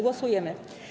Głosujemy.